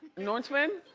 norman,